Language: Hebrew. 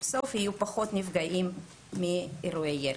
בסוף יהיו פחות נפגעים מאירועי ירי.